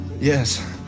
yes